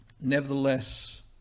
Nevertheless